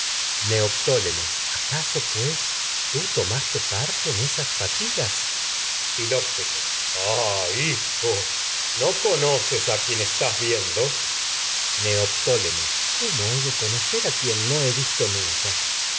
neoptólemo acaso pues tú tomaste parte en esas fatigas filoctetes ah hijo no conoces a quien estás viendo neoptólemo visto cómo he de conocer a quien no he nunca